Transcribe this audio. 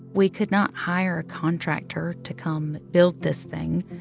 we could not hire a contractor to come build this thing.